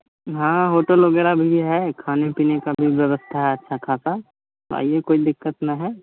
हाँ होटल वगैरह भी है खाने पीने का भी व्यवस्था है अच्छा खासा आइए कोई दिक्कत नहीं है